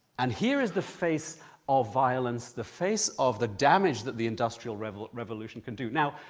and here is the face of violence, the face of the damage that the industrial revolution revolution can do. now,